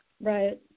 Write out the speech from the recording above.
Right